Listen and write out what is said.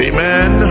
Amen